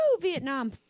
Vietnam